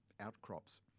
outcrops